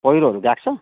पहिरोहरू गएको छ